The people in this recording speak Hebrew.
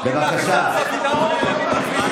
איזה פוגרומים?